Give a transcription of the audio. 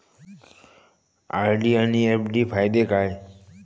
RD आनि FD फायदे काय आसात?